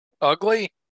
Ugly